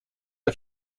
der